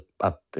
up